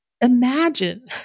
Imagine